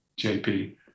JP